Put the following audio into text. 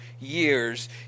years